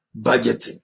budgeting